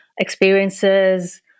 experiences